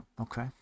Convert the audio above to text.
Okay